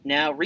Now